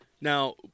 Now